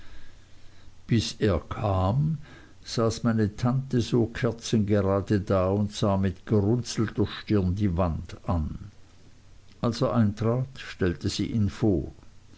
bis er kam saß meine tante kerzengerade da und sah mit gerunzelter stirn die wand an als er eintrat stellte sie ihn vor